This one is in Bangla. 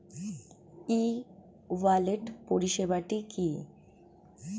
ই ওয়ালেট পরিষেবাটি কি?